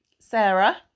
Sarah